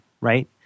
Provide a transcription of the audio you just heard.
Right